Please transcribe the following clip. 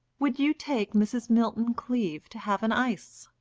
would you take mrs. milton-cleave to have an ice?